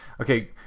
okay